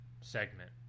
segment